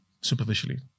superficially